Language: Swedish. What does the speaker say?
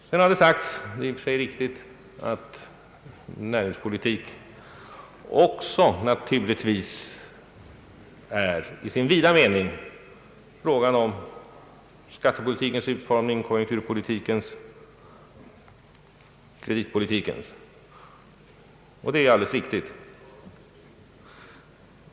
Det är alldeles riktigt när man säger att näringspolitik i vid mening också innefattar skattepolitikens, konjunkturpolitikens och kreditpolitikens utformning.